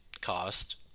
cost